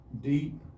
deep